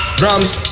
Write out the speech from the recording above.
drums